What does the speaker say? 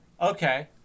okay